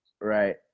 right